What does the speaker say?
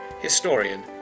historian